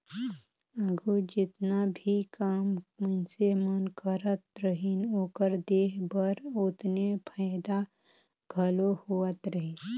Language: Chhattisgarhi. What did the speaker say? आघु जेतना भी काम मइनसे मन करत रहिन, ओकर देह बर ओतने फएदा घलो होत रहिस